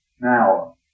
Now